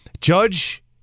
Judge